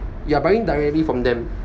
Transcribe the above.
you are buying directly from them